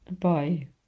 Bye